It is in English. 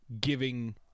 giving